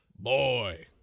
Boy